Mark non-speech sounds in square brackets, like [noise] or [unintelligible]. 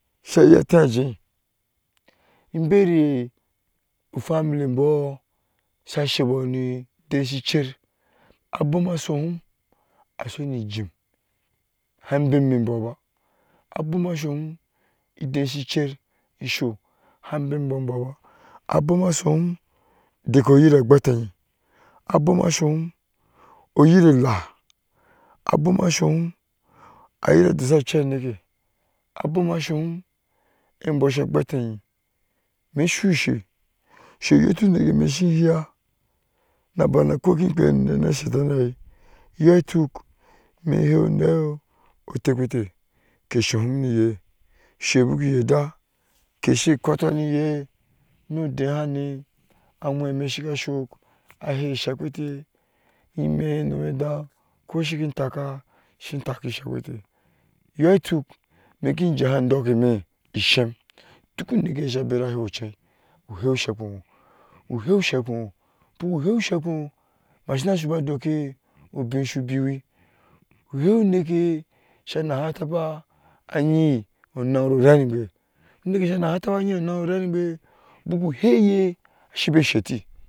[unintelligible] Eberi u family bɔɔ sa sai bou ni deh shi cher abom asohom asonɛ jup hɛ bemimɛ bou ba aber asohom nidɛshi cher iso han bemimɛ bou ba abeu asohom ni dɛ schicher iso han bemimɛ bou ba abou asohom daga ohera gwatehɛ abou aso hom ohere ela abou asohom ohere dokpa echɛ anike abou asohom ebou sa gwatene mi so she-she uyoti unike mi schi hiya na bana ko mi shi okpa ninɛ sa saita nahɛɛ yɔɔtuk imi hiya unɛh tekpatɛɛ ke sohom nihɛɛ she buku yarba ke sai kɔɔtoh ni yɛ nodehɛna anwɛmi shiga suk ka hɛɛ shɛ kpate imi nomi deh ko shin gai taka shi taka shekpete iyɔɔtuk ke jehee adɔɔkemi ishem duku nikehɛɛ sa bera he cher ahɛ shekpeyɔɔ duku he shekpeyɔɔ ma shina doko ubi so bemi uhɛ unikeye anahɛ yin onah na raitni yɔɔ. unike yɛ nahɛ taba ane onah no rainiye ashe babe sheteh.